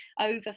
over